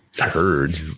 heard